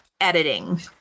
editing